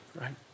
right